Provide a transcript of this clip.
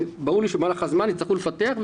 וברור לי שבמהלך הזמן יצטרכו לפתח,